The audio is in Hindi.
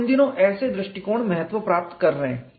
और इन दिनों ऐसे दृष्टिकोण महत्व प्राप्त कर रहे हैं